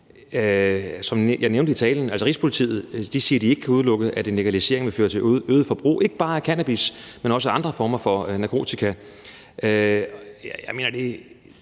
Som jeg nævnte i talen, siger Rigspolitiet, at de ikke kan udelukke, at en legalisering vil føre til øget forbrug, ikke bare af cannabis, men også af andre former for narkotika. Jeg mener, det